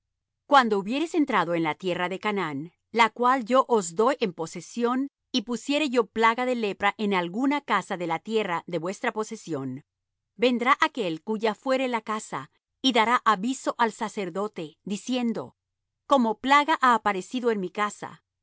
cuando hubieres entrado en la tierra de canaán la cual yo os doy en posesión y pusiere yo plaga de lepra en alguna casa de la tierra de vuestra posesión vendrá aquél cuya fuere la casa y dará aviso al sacerdote diciendo como plaga ha aparecido en mi casa